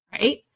right